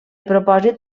propòsit